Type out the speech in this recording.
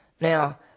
Now